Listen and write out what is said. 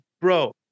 Bro